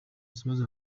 kibazo